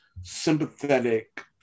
sympathetic